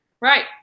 right